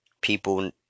people